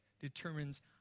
determines